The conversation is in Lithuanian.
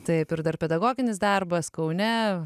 taip ir dar pedagoginis darbas kaune